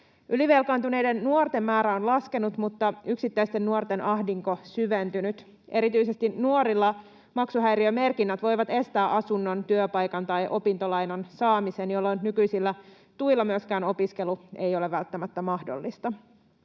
Ylivelkaantuneiden nuorten määrä on laskenut, mutta yksittäisten nuorten ahdinko syventynyt. Erityisesti nuorilla maksuhäiriömerkinnät voivat estää asunnon, työpaikan tai opintolainan saamisen, jolloin nykyisillä tuilla myöskään opiskelu ei ole välttämättä mahdollista.